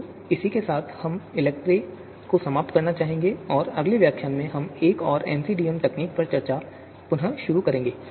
तो इसी के साथ हम इलेक्ट्री को समाप्त करना चाहेंगे और अगले व्याख्यान में हम एक अन्य MCDM तकनीक पर चर्चा पर अपनी चर्चा शुरू करेंगे